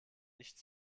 nicht